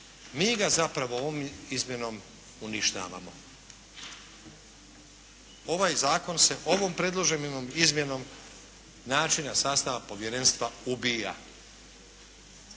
mi ga zapravo ovom izmjenom uništavamo. Ovaj zakon se ovom predloženom izmjenom načina sastava povjerenstva ubija.